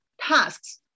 tasks